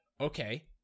okay